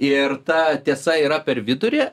ir ta tiesa yra per vidurį